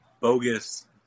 bogus